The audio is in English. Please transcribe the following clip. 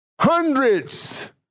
hundreds